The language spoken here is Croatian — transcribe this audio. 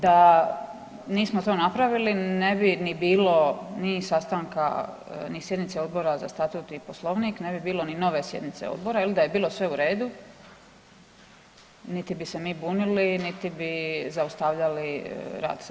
Da nismo to napravili ne bi ni bilo ni sastanka ni sjednice Odbora za Statut i Poslovnik, ne bi bilo ni nove sjednice odbora da je bilo sve u redu, niti bi se mi bunili, niti bi zaustavljali rad Sabora.